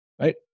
right